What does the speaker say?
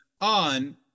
on